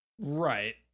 Right